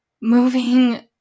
moving